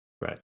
Right